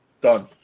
Done